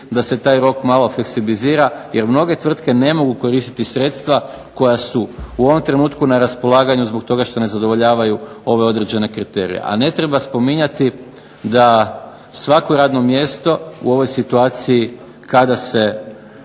da se taj rok malo fleksibilizira jer mnoge tvrtke ne mogu koristiti sredstva koja su u ovom trenutku na raspolaganju zbog toga što ne zadovoljavaju ove određene kriterije. A ne treba spominjati da svako radno mjesto u ovoj situaciji kada se